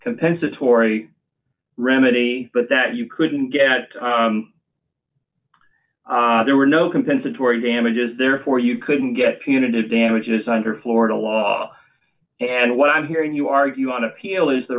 compensatory remedy but that you couldn't get there were no compensatory damages therefore you couldn't get punitive damages under florida law and what i'm hearing you argue on appeal is the